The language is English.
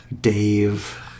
Dave